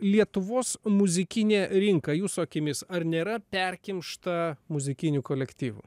lietuvos muzikinė rinka jūsų akimis ar nėra perkimšta muzikinių kolektyvų